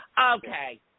okay